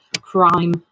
crime